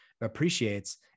appreciates